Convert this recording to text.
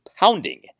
pounding